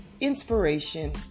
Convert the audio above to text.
inspiration